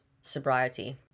sobriety